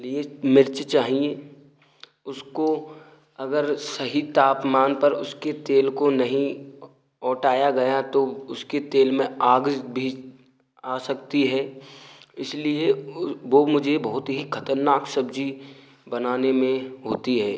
लिए मिर्ची चाहिए उसको अगर सही तापमान पर उसके तेल को नहीं ओटाया गया तो उसके तेल में आग भी आ सकती है इसलिए वो मुझे बहुत ही खतरनाक सब्जी बनाने में होती है